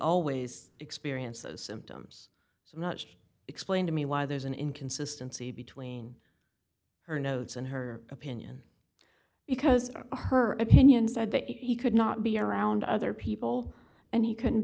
always experience the symptoms so much explain to me why there's an inconsistency between her notes and her opinion because her opinion said that he could not be around other people and he couldn't